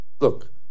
look